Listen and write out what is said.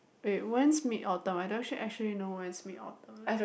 wait when's Mid Autumn I don't sh~ actually know when is Mid Autumn leh